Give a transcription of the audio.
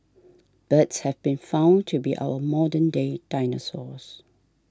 birds have been found to be our modern day dinosaurs